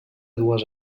dues